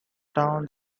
town